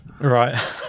Right